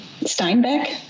Steinbeck